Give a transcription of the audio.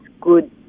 good